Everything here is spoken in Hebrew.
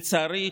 לצערי,